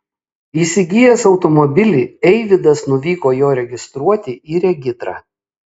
įsigijęs automobilį eivydas nuvyko jo registruoti į regitrą